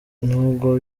nubwo